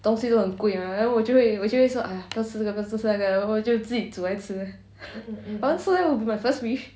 东西都很贵嘛 then 我就会我就会说 !aiya! 不要吃这个不要吃那个我就自己煮来吃 so that will be my first wish